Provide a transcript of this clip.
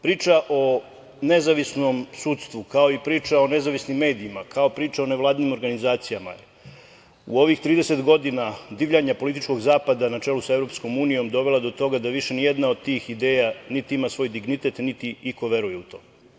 Priča o nezavisnom sudstvu, kao i priča o nezavisnim medijima, kao i priča o nevladinim organizacijama, u ovih 30 godina divljanje političkog zapada na čelu sa EU dovelo je do toga da više nijedna od tih ideja niti ima svoj dignitet, niti iko veruje u to.